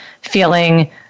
feeling